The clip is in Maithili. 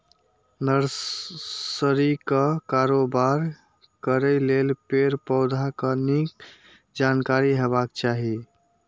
नर्सरीक कारोबार करै लेल पेड़, पौधाक नीक जानकारी हेबाक चाही